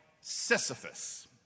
Sisyphus